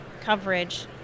coverage